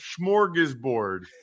smorgasbord